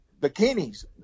bikinis